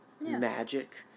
magic